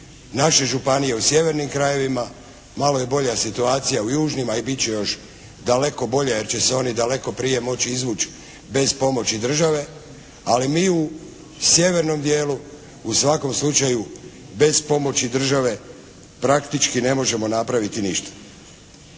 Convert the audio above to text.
naše županije u sjevernim krajevima, malo je bolja situacija u južnim a i bit će još daleko bolja jer će se oni daleko prije moći izvući bez pomoći države ali mi u sjevernom dijelu u svakom slučaju bez pomoći države praktički ne možemo napraviti ništa.